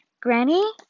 Granny